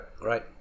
Right